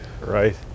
right